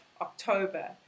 October